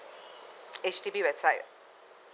H_D_B website